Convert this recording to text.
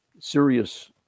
serious